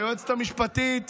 היועצת המשפטית